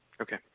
Okay